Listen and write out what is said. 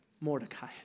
Mordecai